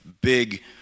Big